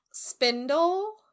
Spindle